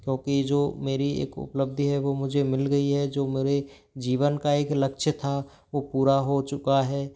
क्योंकि जो मेरी एक उपलब्धि है वो मुझे मिल गई है जो मेरे जीवन का एक लक्ष्य था वो पूरा हो चुका है